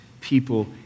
people